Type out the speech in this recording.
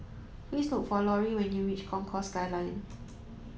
please look for Lauri when you reach Concourse Skyline